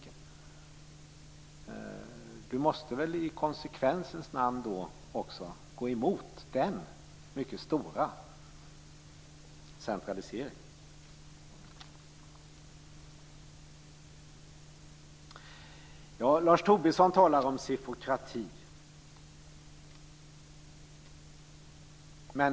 Per-Ola Eriksson måste väl i konsekvensens namn gå emot också den mycket stora centraliseringen. Lars Tobisson talar om sifokrati.